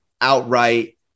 outright